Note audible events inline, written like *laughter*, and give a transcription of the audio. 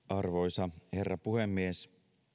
*unintelligible* arvoisa herra puhemies